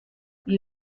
wie